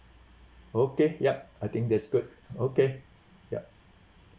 okay yup I think that's good okay yup